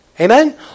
Amen